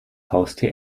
haustier